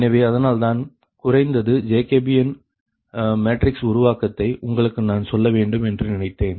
எனவே அதனால்தான் குறைந்தது ஜேகோபியன் மேட்ரிக்ஸ் உருவாக்கத்தை உங்களுக்கு நான் சொல்ல வேண்டும் என்று நினைத்தேன்